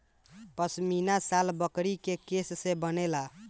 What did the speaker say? पश्मीना शाल बकरी के केश से बनेला